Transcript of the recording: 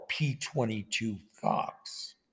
P22-FOX